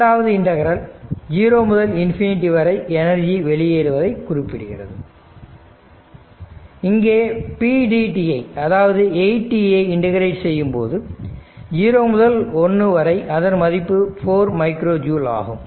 இரண்டாவது இன்டகரல் 0 முதல் ∞ வரை எனர்ஜி வெளியேறுவதை குறிப்பிடுகிறது இங்கே pdt ஐ அதாவது 8 t ஐ இண்டகிரேட் செய்யும்போது 0 முதல் 1 வரை அதன் மதிப்பு 4 மைக்ரோ ஜூல்ஆகும்